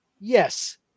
Yes